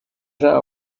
jean